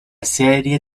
serie